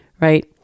right